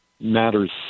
matters